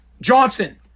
Johnson